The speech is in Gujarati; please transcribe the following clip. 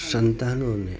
સંતાનોને